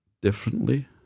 differently